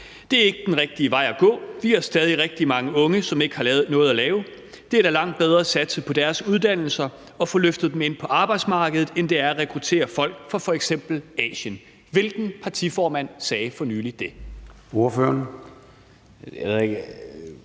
Det er ikke den rigtige vej at gå. Vi har stadig rigtig mange unge, som ikke har noget at lave. Det er da langt bedre at satse på deres uddannelser og få løftet dem ind på arbejdsmarkedet, end det er at rekruttere folk fra f.eks. Asien. Hvilken partiformand sagde for nylig det?